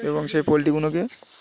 এবং সেই পোলট্রিগুলোকে